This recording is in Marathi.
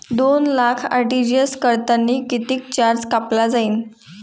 दोन लाख आर.टी.जी.एस करतांनी कितीक चार्ज कापला जाईन?